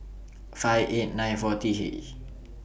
five eight nine four T H